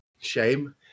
Shame